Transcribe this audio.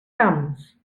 camps